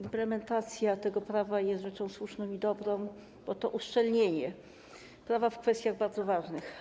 Implementacja tego prawa jest rzeczą słuszną i dobrą, bo to uszczelnienie prawa w kwestiach bardzo ważnych.